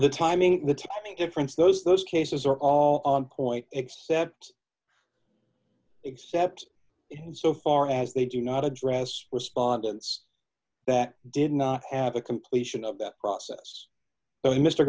the timing difference those those cases are all on point except except in so far as they do not address respondents that did not have a completion of that process